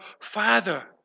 Father